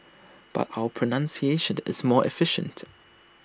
but our pronunciation is more efficient